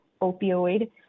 opioid